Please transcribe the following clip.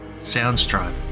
Soundstripe